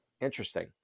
Interesting